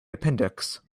appendix